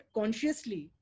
consciously